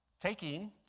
taking